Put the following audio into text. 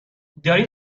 دارین